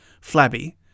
flabby